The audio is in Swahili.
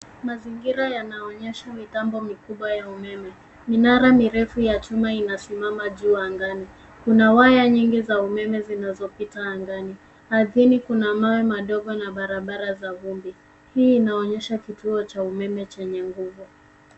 Mazingira yanaonyesha mitambo mikubwa ya umeme, minara mirefu ya chuma inasimama juu angani. Kuna waya mingi za umeme zinapita angani. Arthini kuna mawe madogo na barabara za vumbi. Hii inaonyesha kituo cha umeme yenye nguvu.